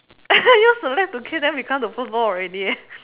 you so let to kick them become the football already eh